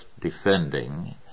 defending